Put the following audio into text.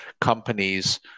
companies